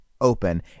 open